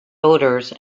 odors